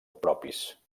propis